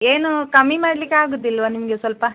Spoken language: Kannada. ಏನು ಕಮ್ಮಿ ಮಾಡ್ಲಿಕ್ಕಾಗೋದಿಲ್ವಾ ನಿಮಗೆ ಸ್ವಲ್ಪ